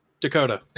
Dakota